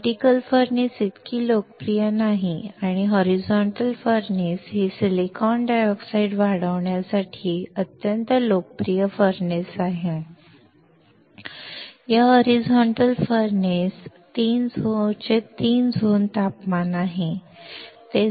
vertical फर्नेसइतकी लोकप्रिय नाही आणि होरिझोंट्ल फर्नेस ही सिलिकॉन डायऑक्साइड वाढवण्यासाठी अत्यंत लोकप्रिय फर्नेस आहे या होरिझोंट्ल फर्नेस 3 झोन तापमान आहेत